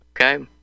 Okay